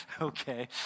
okay